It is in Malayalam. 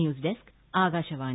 news desk Akashvani